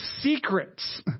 secrets